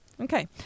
Okay